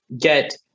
get